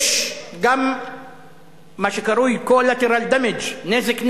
יש גם מה שקרוי collateral damage, נזק נלווה.